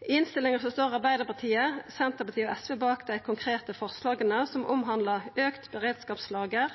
I innstillinga står Arbeidarpartiet, Senterpartiet og SV bak dei konkrete forslaga som handlar om auka beredskapslager,